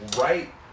right